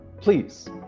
please